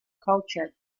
culture